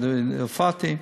כשהופעתי,